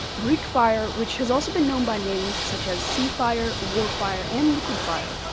greek fire, which has also been known by names such as sea fire, war fire and liquid fire,